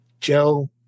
Joe